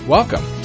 Welcome